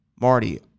Marty